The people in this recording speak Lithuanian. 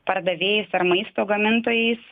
pardavėjais ar maisto gamintojais